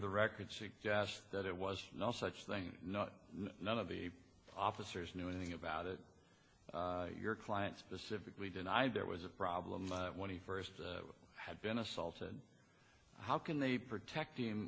the record suggests that there was no such thing no none of the officers knew anything about it your client specifically denied there was a problem when he first had been assaulted how can they protect him